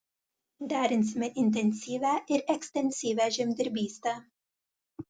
derinsime intensyvią ir ekstensyvią žemdirbystę